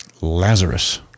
Lazarus